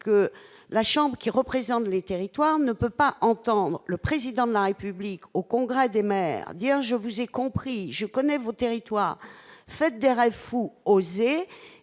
que la chambre qui représente les territoires ne peut pas entendre le président de la République au congrès des maires, dire je vous ai compris je connais votre territoire fait des rêves fous oser et